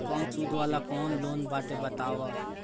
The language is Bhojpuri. कम सूद वाला कौन लोन बाटे बताव?